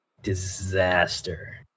Disaster